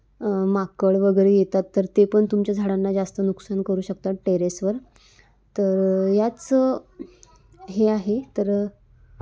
माकड वगैरे येतात तर ते पण तुमच्या झाडांना जास्त नुकसान करू शकतात टेरेसवर तर याच हे आहे तर